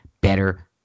better